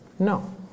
No